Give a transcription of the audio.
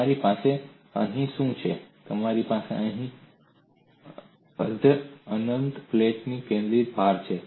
તમારી પાસે અહીં શું છે મારી પાસે અર્ધ અનંત પ્લેટ પર કેન્દ્રિત ભાર છે